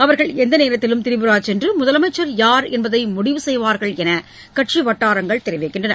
அவர்கள் எந்த நேரத்திலும் திரிபுரா சென்று முதலமைச்சர் யார் என்பதை முடிவு செய்வார்கள் என கட்சி வட்டாரங்கள் தெரிவிக்கின்றன